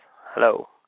Hello